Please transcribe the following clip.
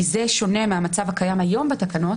כי זה שונה מהמצב הקיים היום בתקנות,